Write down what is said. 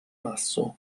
masso